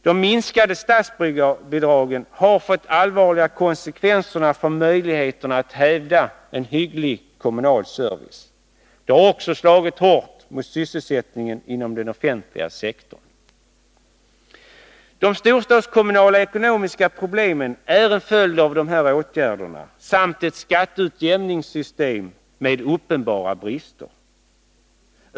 De minskade statsbidragen har fått allvarliga konsekvenser för möjligheterna att hävda en hygglig kommunal service. Det har också slagit hårt mot sysselsättningen inom den offentliga sektorn. De storstadskommunala ekonomiska problemen är en följd av dessa åtgärder och ett skatteutjämningssystem med uppenbara brister.